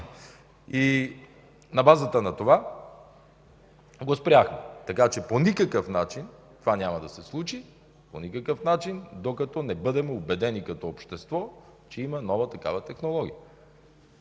На базата на това го спряхме. Така че по никакъв начин това няма да се случи, докато не бъдем убедени като общество, че има нова такава технология.